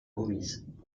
commises